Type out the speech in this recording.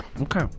Okay